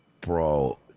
bro